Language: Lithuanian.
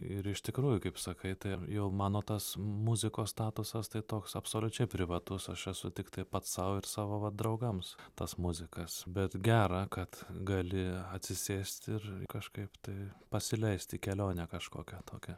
ir iš tikrųjų kaip sakai tai jau mano tas muziko statusas tai toks absoliučiai privatus aš esu tiktai pats sau ir savo va draugams tas muzikas bet gera kad gali atsisėsti ir kažkaip tai pasileist į kelionę kažkokią tokią